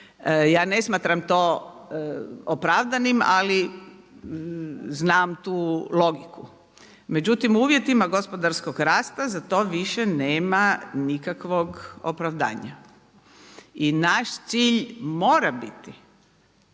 Ja ne smatram to opravdanim ali znam tu logiku. Međutim u uvjetima gospodarskog rasta za to više nema nikakvog opravdanja. I naš cilj mora biti